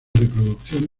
reproducción